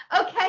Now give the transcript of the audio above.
okay